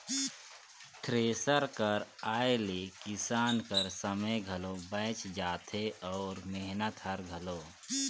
thresher कर आए ले किसान कर समे घलो बाएच जाथे अउ मेहनत हर घलो